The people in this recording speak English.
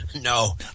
No